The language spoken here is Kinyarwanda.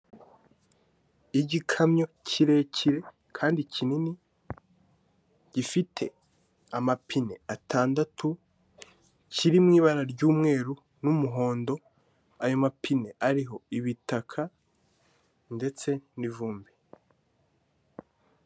Igikamyo kirekire kandi kinini, gifite amapine atandatu, kiri mu ibara ry'umweru n'umuhondo, ayo mapine ariho ibitaka ndetse n'ivumbi.